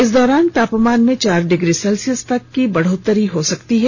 इस दौरान तापमान में चार डिग्री सेल्सियस तक की बढ़ोत्तरी हो सकती है